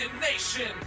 Nation